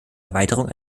erweiterung